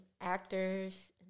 actors